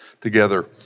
together